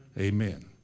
Amen